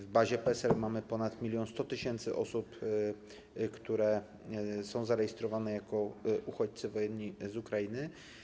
W bazie PESEL mamy ponad 1100 tys. osób, które są zarejestrowane jako uchodźcy wojenni z Ukrainy.